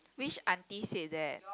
which aunty said that